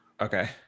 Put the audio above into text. okay